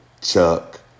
Chuck